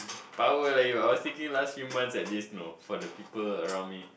power leh I was thinking last few months at this you know for the for the people around me